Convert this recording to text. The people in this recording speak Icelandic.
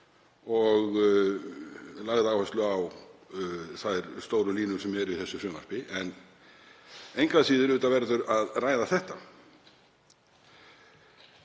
og lagði áherslu á þær stóru línur sem eru í þessu frumvarpi, en engu að síður verður að ræða þetta.